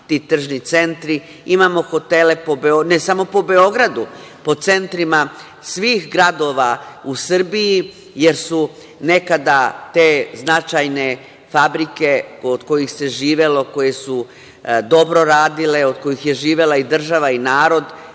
ti tržni centri. Imamo hotele po Beogradu, ne samo po Beogradu, po centrima svih gradova u Srbiji jer nekada te značajne fabrike od kojih se živelo, koje su dobro radile, od kojih je živela i država i narod,